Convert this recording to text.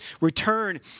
return